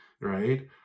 right